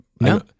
No